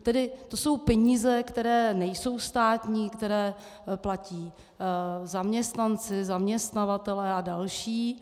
Tedy to jsou peníze, které nejsou státní, které platí zaměstnanci, zaměstnavatelé a další.